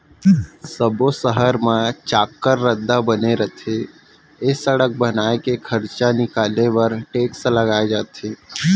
सब्बो सहर मन म चाक्कर रद्दा बने रथे ए सड़क बनाए के खरचा निकाले बर टेक्स लगाए जाथे